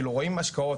רואים השקעות,